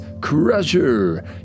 Crusher